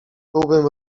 byłbym